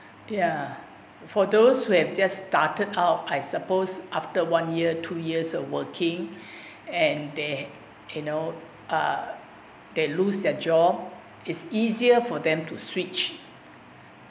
ya for those who have just started out I suppose after one year two years of working and they you know uh they lose their job is easier for them to switch